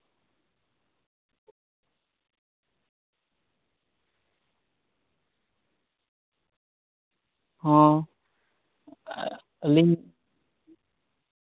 ᱦᱚᱸ ᱟᱹᱞᱤᱧ